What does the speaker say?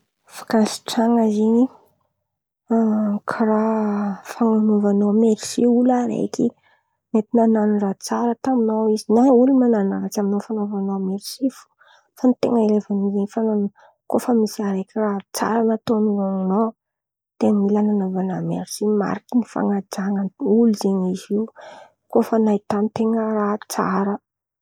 Fankasitrahan̈a zen̈y karàha fanan̈aovan̈a mersy olo araiky mety nan̈ano raha tsara tamin̈ao izy na olo man̈ano raha ratsy amin̈ao fa an̈aovan̈a mersy fo fa ny ten̈a raiky amy zen̈y faran̈y kô fa misy raha raiky tsara nataon'olo amin̈ao de mila man̈ano mersy mariky ny fanajan̈a olo zen̈y Izy io kô fa nahitan-ten̈a raha tsara.